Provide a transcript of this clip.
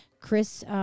Chris